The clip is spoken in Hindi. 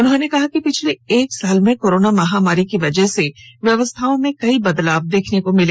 उन्होंने कहा कि पिछले एक साल में कोरोना महामारी की वजह से व्यवस्थाओं में कई बदलाव देखने को मिला